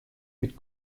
mit